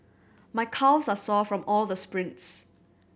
my calves are sore from all the sprints